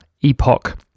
epoch